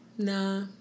Nah